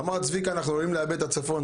אמר צביקה שאנחנו עלולים לאבד את הצפון.